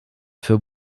für